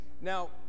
now